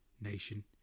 nation